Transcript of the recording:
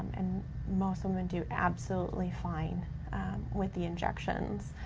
and most women do absolutely fine with the injections.